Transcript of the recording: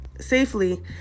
safely